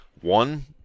One